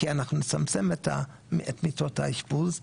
כי אנחנו נצמצם את מיטות האשפוז,